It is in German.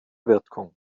wirkung